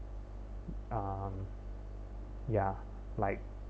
um ya like